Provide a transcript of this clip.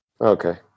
Okay